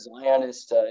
Zionist